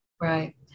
Right